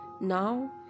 Now